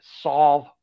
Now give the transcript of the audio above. solve